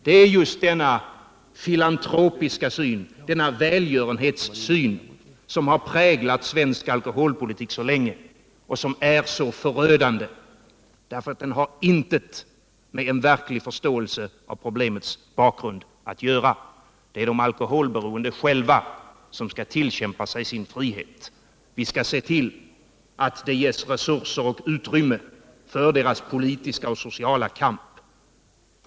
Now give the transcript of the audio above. Det är just denna filantropiska syn, denna välgörenhetssyn, som har präglat svensk alkoholpolitik så länge och som är så förödande, därför att den har inte med en verklig förståelse för problemets bakgrund att göra. Det är de alkoholberoende själva som skall tillkämpa sig sin frihet. Vi skall se till att det ges resurser och utrymme för deras politiska och sociala kamp.